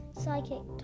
psychic